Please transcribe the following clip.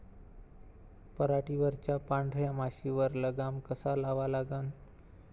पराटीवरच्या पांढऱ्या माशीवर लगाम कसा लावा लागन?